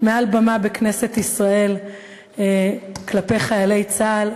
מעל במה בכנסת ישראל כלפי חיילי צה"ל,